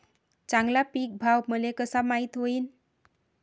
चांगला पीक भाव मले कसा माइत होईन?